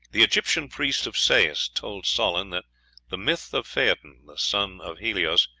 the egyptian priest of sais told solon that the myth of phaethon, the son of helios,